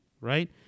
right